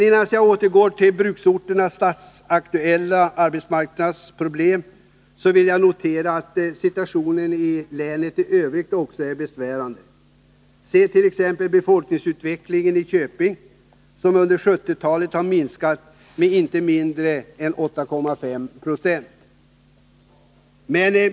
Innan jag återgår till bruksorternas dagsaktuella arbetsmarknadsproblem vill jag notera att situationen i övriga länet också är besvärande. Se t.ex. utvecklingen när det gäller befolkningen i Köping, som under 1970-talet har minskat med inte mindre än 8,5 9.